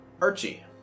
Archie